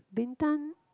Bintan